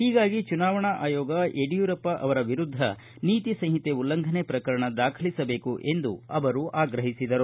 ಹೀಗಾಗಿ ಚುನಾವಣಾ ಆಯೋಗ ಯಡಿಯೂರಪ್ಪ ಅವರ ವಿರುದ್ದ ನೀತಿ ಸಂಹಿತೆ ಉಲ್ಲಂಘನೆ ಪ್ರಕರಣ ದಾಖಲಿಸಬೇಕು ಎಂದು ಆಗ್ರಹಿಸಿದರು